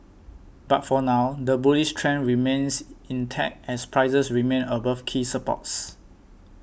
but for now the bullish trend remains intact as prices remain above key supports